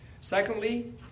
Secondly